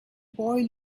boy